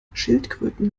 schildkröten